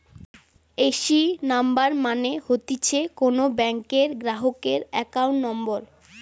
AC number মানে হতিছে কোন ব্যাংকের গ্রাহকের একাউন্ট নম্বর